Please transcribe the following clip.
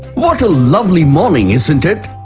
what a lovely morning isn't it?